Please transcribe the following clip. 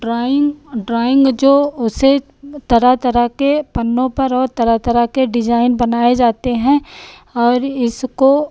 drawing drawing जो उसे तरह तरह के पन्नों पर और तरह तरह के डिज़ाइन बनाए जाते हैं और इसको